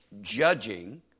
judging